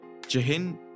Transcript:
Jahin